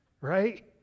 Right